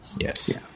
Yes